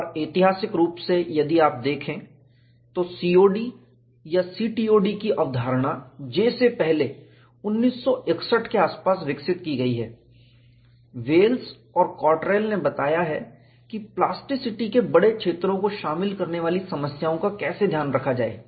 और ऐतिहासिक रूप से यदि आप देखें तो COD या CTOD की अवधारणा J से पहले 1961 के आसपास विकसित की गई है वेल्स और कॉटरेल ने बताया है कि प्लास्टिसिटी के बड़े क्षेत्रों को शामिल करने वाली समस्याओं का कैसे ध्यान रखा जाए